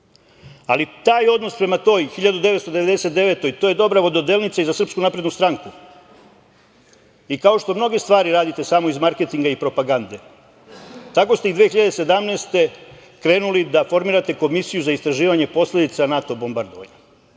taj odnos prema toj 1999. godini, to je dobra vododelnica i za SNS, i kao što mnoge stvari radite samo iz marketinga i propagande, tako ste i 2017. godine krenuli da formirate Komisiju za istraživanje posledica NATO bombardovanja.